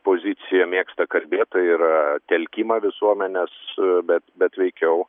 poziciją mėgsta kalbėt tai yra telkimą visuomenės bet bet veikiau